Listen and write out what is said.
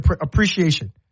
appreciation